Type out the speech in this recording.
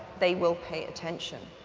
they will pay attention.